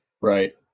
Right